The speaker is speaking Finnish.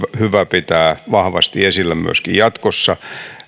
pitää vahvasti esillä myöskin jatkossa